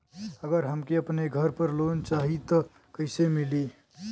अगर हमके अपने घर पर लोंन चाहीत कईसे मिली?